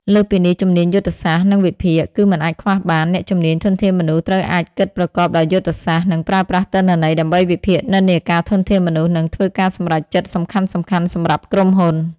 លើសពីនេះ ជំនាញយុទ្ធសាស្ត្រ និងវិភាគ គឺមិនអាចខ្វះបាន អ្នកជំនាញ ធនធានមនុស្ស ត្រូវអាចគិតប្រកបដោយយុទ្ធសាស្ត្រ និងប្រើប្រាស់ទិន្នន័យដើម្បីវិភាគនិន្នាការធនធានមនុស្ស និងធ្វើការសម្រេចចិត្តសំខាន់ៗសម្រាប់ក្រុមហ៊ុន។